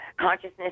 consciousness